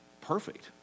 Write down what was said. perfect